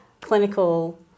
clinical